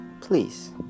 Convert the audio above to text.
Please